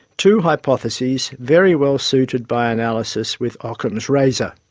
two hypotheses, very well suited by analysis with ockham's razor.